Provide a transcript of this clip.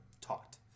taught